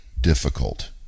difficult